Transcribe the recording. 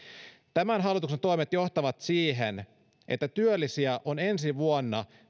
tämän hallituksen toimet johtavat siihen että työllisiä on ensi vuonna